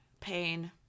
pain